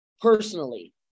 personally